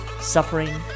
suffering